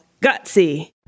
Gutsy